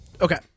Okay